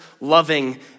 loving